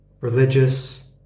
religious